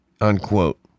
unquote